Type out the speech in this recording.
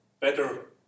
better